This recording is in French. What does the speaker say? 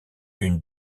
une